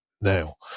now